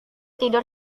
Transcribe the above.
tidur